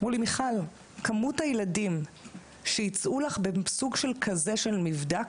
אמרו לי מיכל - כמות הילדים שייצאו לך בסוג כזה של מבדק,